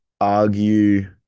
argue